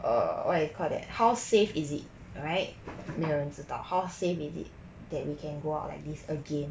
err what you call that how safe is it alright 没有人知道 how safe is it that we can go out like this again